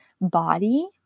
body